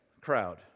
crowd